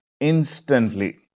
instantly